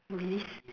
really